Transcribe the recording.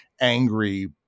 angry